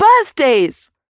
birthdays